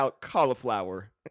cauliflower